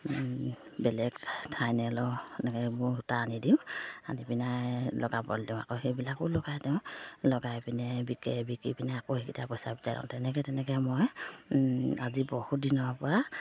বেলেগ এনেকৈ এবোৰ সূতা আনি দিওঁ আনি পিনে লগাবলৈ দিওঁ আকৌ সেইবিলাকো লগাই দিওঁ লগাই পিনে বিকে বিকি পিনে আকৌ সেইকেইটা পইচা তেনেকৈ তেনেকৈ মই আজি বহু দিনৰ পৰা